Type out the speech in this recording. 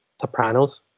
Sopranos